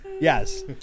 yes